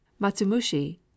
matsumushi